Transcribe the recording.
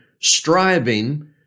striving